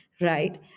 right